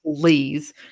please